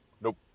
Nope